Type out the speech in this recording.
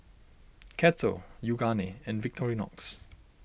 Kettle Yoogane and Victorinox